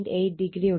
8o ഉണ്ട്